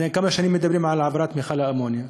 כמה שנים מדברים על העברת מכל האמוניה,